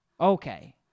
Okay